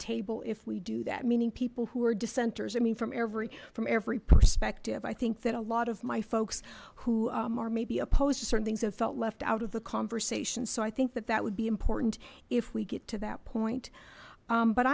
table if we do that meaning people who are dissenters i mean from every from every perspective i think that a lot of my folks who are maybe opposed to certain things have felt left out of the conversations so i think that that would be important if we get to that point